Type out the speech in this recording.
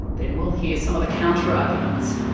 then we'll hear some of the counterarguments.